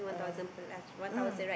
um mm